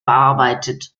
bearbeitet